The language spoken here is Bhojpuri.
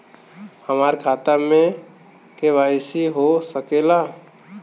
हमार खाता में के.वाइ.सी हो सकेला?